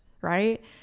right